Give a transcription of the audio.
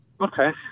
Okay